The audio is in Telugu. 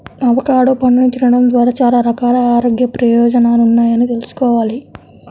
అవకాడో పండుని తినడం ద్వారా చాలా రకాల ఆరోగ్య ప్రయోజనాలున్నాయని తెల్సుకోవాలి